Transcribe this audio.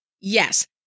Yes